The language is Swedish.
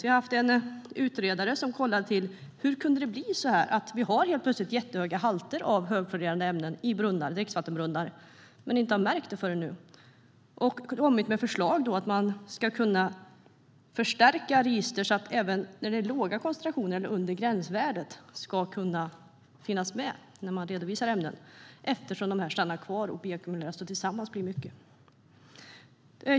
Man har haft en utredare som tittade på hur det kunde bli så att vi helt plötsligt har jättehöga halter av högfluorerade ämnen i dricksvattenbrunnar men inte har märkt det förrän nu. Utredaren har kommit med förslag om att register ska kunna förstärkas så att ämnen kan finnas med även vid låga koncentrationer eller koncentrationer under gränsvärdet, eftersom de stannar kvar och ackumuleras så att de tillsammans blir mycket.